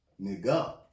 nigga